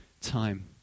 time